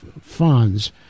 funds